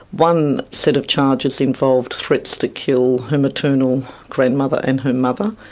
one set of charges involved threats to kill her maternal grandmother, and her mother,